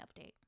update